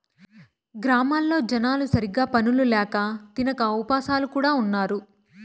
గ్రామాల్లో జనాలు సరిగ్గా పనులు ల్యాక తినక ఉపాసాలు కూడా ఉన్నారు